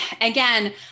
again